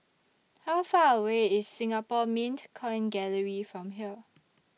How Far away IS Singapore Mint Coin Gallery from here